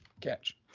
catch